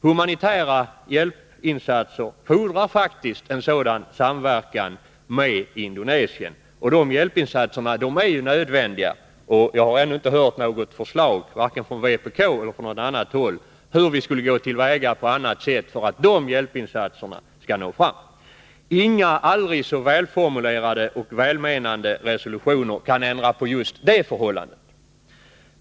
Humanitära hjälpinsatser fordrar faktiskt samarbete med Indonesien. Dessa hjälpinsatser är nödvändiga, och jag har ännu inte hört något förslag, vare sig från vpk eller från annat håll, om hur vi på annat sätt skulle kunna gå till väga för att denna hjälp skall nå fram. Inga, aldrig så välformulerade och välmenande resolutioner kan ändra på det förhållandet.